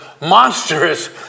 monstrous